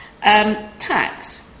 Tax